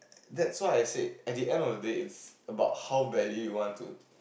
that's why I said at the end of the day it's about how badly you want to